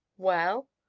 well?